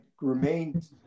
remained